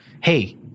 hey